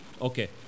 Okay